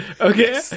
Okay